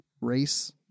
race